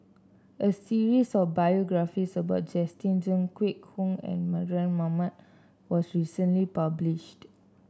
a series of biographies about Justin Zhuang Kwek Hong Png and Mardan Mamat was recently published